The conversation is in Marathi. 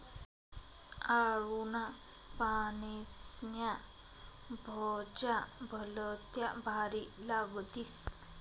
आळूना पानेस्न्या भज्या भलत्या भारी लागतीस